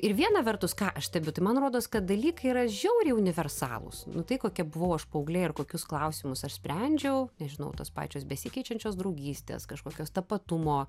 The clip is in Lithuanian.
ir viena vertus ką aš stebiu tai man rodos kad dalykai yra žiauriai universalūs nu tai kokia buvau aš paauglė ir kokius klausimus aš sprendžiau nežinau tos pačios besikeičiančios draugystės kažkokios tapatumo